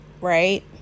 right